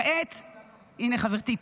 כעת, הינה, חברתי פה,